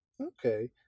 Okay